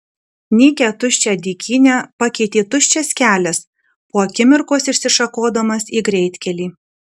nykią tuščią dykynę pakeitė tuščias kelias po akimirkos išsišakodamas į greitkelį